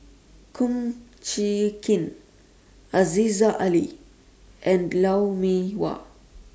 Kum Chee Kin Aziza Ali and Lou Mee Wah